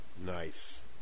nice